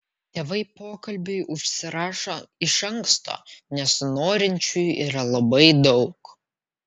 tėvai pokalbiui užsirašo iš anksto nes norinčiųjų yra labai daug